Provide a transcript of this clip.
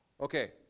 Okay